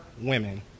women